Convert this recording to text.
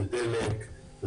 זה דלק,